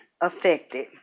affected